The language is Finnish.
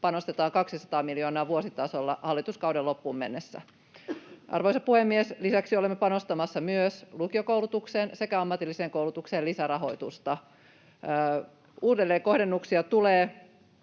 panostetaan 200 miljoonaa vuositasolla hallituskauden loppuun mennessä. Arvoisa puhemies! Lisäksi olemme panostamassa myös lukiokoulutukseen sekä ammatilliseen koulutukseen lisärahoitusta. Uudelleenkohdennuksia tulee